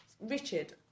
Richard